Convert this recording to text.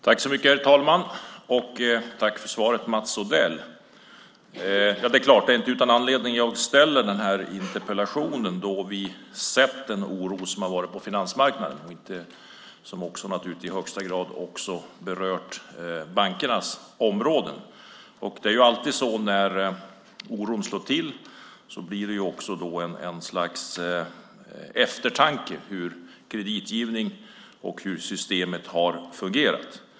Herr talman! Tack för svaret, Mats Odell! Det är inte utan anledning jag ställer den här interpellationen. Vi har sett den oro som har rått på finansmarknaden och som också i högsta grad har berört bankernas område. När oron slår till blir det alltid också ett slags eftertanke: Hur har kreditgivningssystemet fungerat?